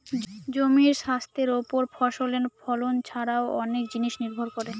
জমির স্বাস্থ্যের ওপর ফসলের ফলন ছারাও অনেক জিনিস নির্ভর করে